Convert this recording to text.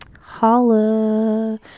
Holla